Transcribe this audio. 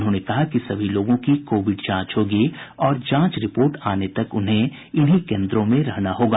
उन्होंने कहा कि सभी लोगों की कोविड जांच होगी और जांच रिपोर्ट आने तक उन्हें इन्हीं केन्द्रों में रहना होगा